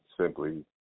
simply